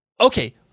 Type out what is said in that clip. okay